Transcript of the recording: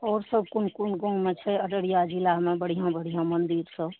आओर सब कोन कोन गाँवमे छै अररिया जिलामे बढ़िआँ बढ़िआँ मन्दिर सब